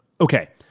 Okay